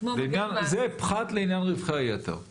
זה פחת לעניין רווחי היתר.